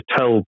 tell